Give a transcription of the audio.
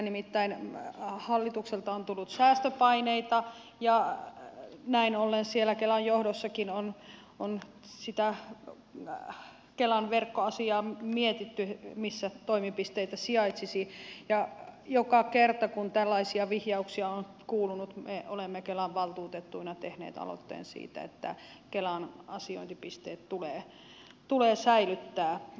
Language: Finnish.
nimittäin hallitukselta on tullut säästöpaineita ja näin ollen siellä kelan johdossakin on sitä kelan verkkoasiaa mietitty missä toimipisteitä sijaitsisi ja joka kerta kun tällaisia vihjauksia on kuulunut me olemme kelan valtuutettuina tehneet aloitteen siitä että kelan asiointipisteet tulee säilyttää